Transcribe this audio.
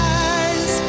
eyes